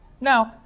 Now